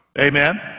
amen